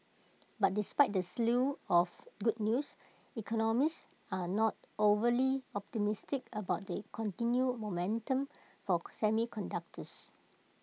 but despite the slew of good news economists are not overly optimistic about the continued momentum for semiconductors